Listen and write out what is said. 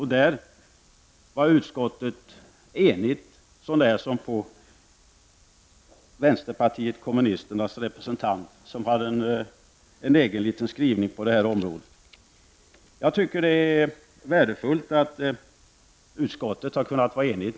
Här var utskottet enigt så när som på vänsterpartiet kommunisternas representant som hade en egen liten skrivning. Jag tycker att det är värdefullt att utskottet har kunnat vara enigt.